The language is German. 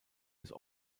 des